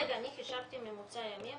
רגע, אני חישבתי ממוצע ימים,